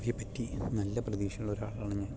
എൻ്റെ ഭാവിയെപ്പറ്റി നല്ല പ്രതീക്ഷയുള്ള ഒരാളാണ് ഞാൻ